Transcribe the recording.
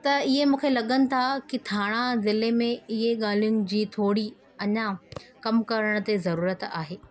त इहे मूंखे लॻनि था की थाणा ज़िले में इहे ॻाल्हियूं जी थोरी अञा कमु करण ते ज़रूरत आहे